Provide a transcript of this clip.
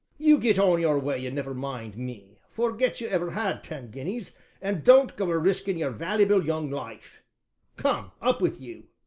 you get on your way and never mind me forget you ever had ten guineas and don't go a-riskin' your vallyble young life come up with you!